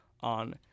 on